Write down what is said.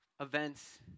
events